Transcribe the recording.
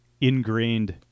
ingrained